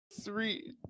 Three